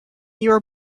your